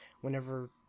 whenever